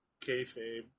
kayfabe